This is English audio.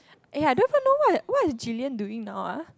eh I don't even know what what is Julian doing now ah